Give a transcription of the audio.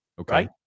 Okay